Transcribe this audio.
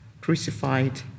crucified